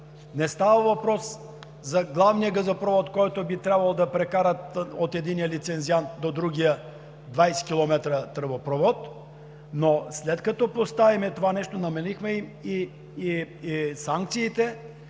не става въпрос за главния газопровод, който би трябвало да прекарат от единия лицензиант до другия – 20 км тръбопровод. Но след като поставим това нещо, намалихме и санкциите,